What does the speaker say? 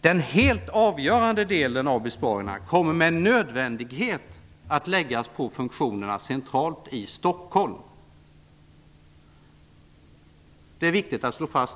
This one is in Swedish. Den helt avgörande delen av besparingarna kommer med nödvändighet att läggas på funktionerna centralt i Stockholm. Det är också viktigt att slå fast.